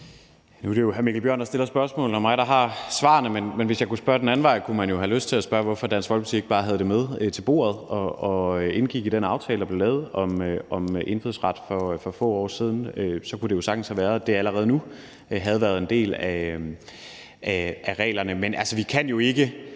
Nu er det jo hr. Mikkel Bjørn, der stiller spørgsmålene, og mig, der har svarene, men hvis jeg kunne spørge den anden vej, kunne jeg have lyst til at spørge, hvorfor Dansk Folkeparti ikke bare havde det med til bordet og indgik i den aftale, der blev lavet om indfødsret for få år siden. Så kunne det jo sagtens have været, at det allerede nu havde været en del af reglerne. Men vi kan jo ikke